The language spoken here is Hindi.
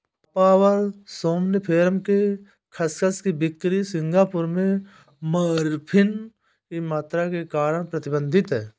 पापावर सोम्निफेरम के खसखस की बिक्री सिंगापुर में मॉर्फिन की मात्रा के कारण प्रतिबंधित है